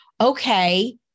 okay